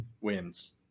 wins